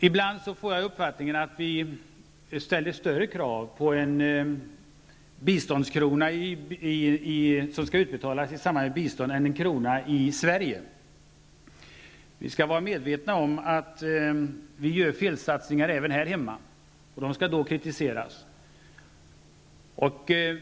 Ibland får jag uppfattningen att vi ställer större krav på en krona som skall utbetalas i samband med bistånd än på en krona som betalas ut i Sverige. Vi skall vara medvetna om att vi gör felsatsningar även här hemma, och det skall då kritiseras.